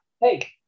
Hey